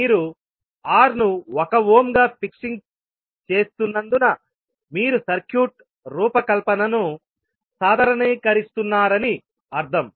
మీరు R ను 1 ohm గా ఫిక్సింగ్ చేస్తున్నందున మీరు సర్క్యూట్ రూపకల్పనను సాధారణీకరిస్తున్నారని అర్థం